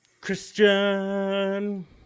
Christian